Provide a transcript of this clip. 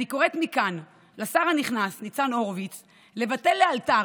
אני קוראת מכאן לשר הנכנס ניצן הורוביץ לבטל לאלתר,